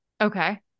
Okay